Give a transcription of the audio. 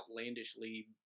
outlandishly